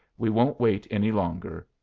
we won't wait any longer.